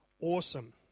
Awesome